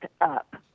up